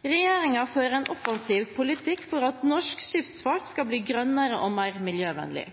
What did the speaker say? Regjeringen fører en offensiv politikk for at norsk skipsfart skal bli